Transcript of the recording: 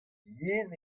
yen